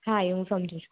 હા એ હું સમજુ છું